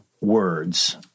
words